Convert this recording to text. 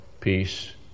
peace